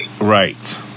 Right